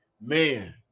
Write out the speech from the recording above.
man